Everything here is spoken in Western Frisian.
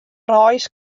reis